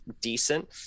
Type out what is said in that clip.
decent